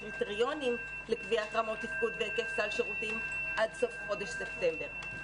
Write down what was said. הקריטריונים לקביעת רמות תפקוד בהיקף סל שירותים עד סוף חודש ספטמבר.